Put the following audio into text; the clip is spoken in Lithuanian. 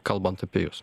kalbant apie jus